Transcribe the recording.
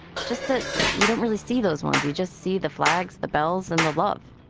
it's just that you don't really see those ones. you just see the flags, the bells, and the love